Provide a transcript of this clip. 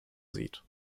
sieht